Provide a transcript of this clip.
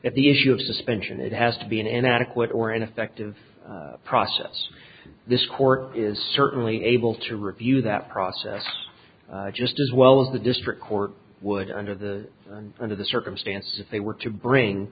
if the issue of suspension it has to be an inadequate or ineffective process this court is certainly able to review that process just as well as the district court would under the under the circumstances if they were to bring